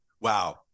Wow